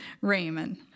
Raymond